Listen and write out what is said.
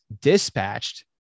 dispatched